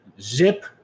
zip